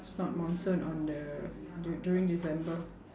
it's not monsoon on the du~ during december